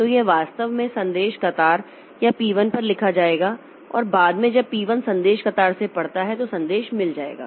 तो यह वास्तव में संदेश कतार या पी 1 पर लिखा जाएगा और बाद में जब पी 1 संदेश कतार से पढ़ता है तो संदेश मिल जाएगा